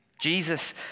Jesus